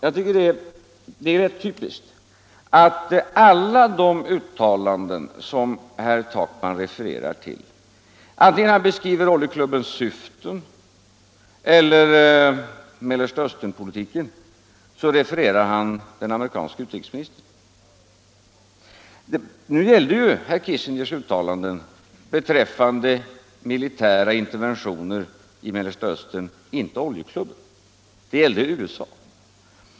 Det är rätt typiskt att alla de uttalanden som herr Takman refererar till, antingen han beskriver oljeklubbens syften eller Mellanösternpolitiken, är uttalanden som har gjorts av den amerikanske utrikesministern. Nu gällde herr Kissingers uttalande beträf fande militära interventioner i Mellersta Östern inte oljeklubben — det gällde USA.